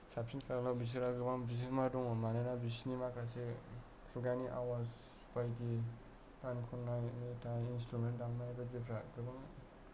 साबसिन खालामनायाव बिसोरहा गोबां बिहोमा दङ मानोना बिसोरनि माखासे खुगानि आवाज बायदि गान खननाय मेथाइ इन्स्ट्रुमेन्ट दामनाय बायदिफ्रा गोबां